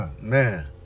Man